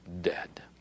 dead